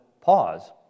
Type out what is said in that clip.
pause